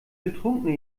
betrunkene